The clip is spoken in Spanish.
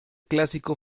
clásico